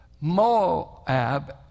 Moab